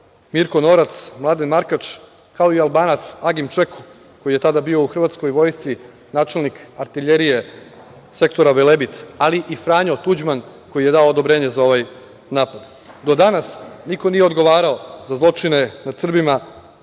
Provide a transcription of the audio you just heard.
Mirko Norac, Mladen Markač, kao i Albanac Agim Čeku, koji je tada bio u hrvatskoj vojsci načelnik artiljerije sektora Velebit, ali i Franjo Tuđman, koji je dao odobrenje za ovaj napad. Do danas niko nije odgovarao za zločine nad Srbima